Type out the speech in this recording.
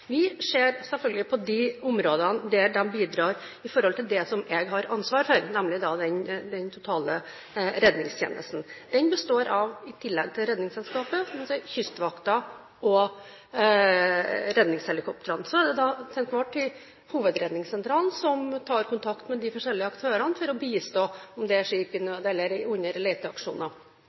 Vi ser selvfølgelig på de områdene der de bidrar, i forhold til det som jeg har ansvar for, nemlig den totale redningstjenesten. Den består – i tillegg til Redningsselskapet – av Kystvakten og redningshelikoptrene. Så er det da til enhver tid Hovedredningssentralen som tar kontakt med de forskjellige aktørene for å bistå om det er skip i nød eller under leteaksjoner.